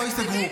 לא ייסגרו.